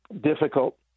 Difficult